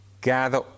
gather